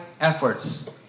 efforts